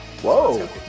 whoa